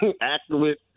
accurate